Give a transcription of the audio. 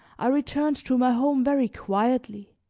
i returned to my home very quietly,